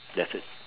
that's it